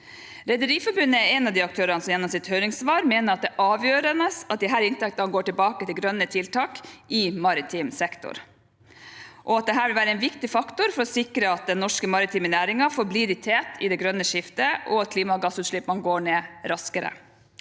Rederiforbundet er en av de aktørene som gjennom sitt høringssvar mener at det er avgjørende at disse inntektene går tilbake til grønne tiltak i maritim sektor, og at dette vil være en viktig faktor for å sikre at den norske maritime næringen forblir i tet i det grønne skiftet, og at klimagassutslippene går ned raskere.